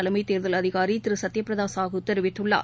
தலைமை தேர்தல் அதிகாரி திரு சத்தியபிரதா சாஹூ தெரிவித்துள்ளார்